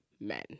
men